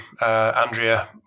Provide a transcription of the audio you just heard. Andrea